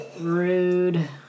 Rude